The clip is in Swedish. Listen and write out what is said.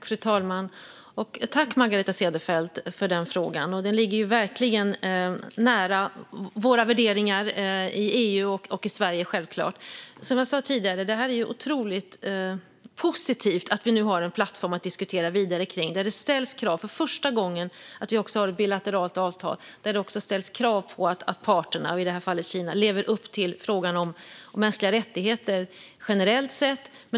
Fru talman! Tack, Margareta Cederfelt, för den frågan! Den ligger verkligen nära våra värderingar i EU och i Sverige. Som jag sa tidigare är det otroligt positivt att vi nu har en plattform att diskutera vidare utifrån. För första gången har vi ett bilateralt avtal där det också ställs krav på att parterna, i det här fallet Kina, lever upp till mänskliga rättigheter generellt sett.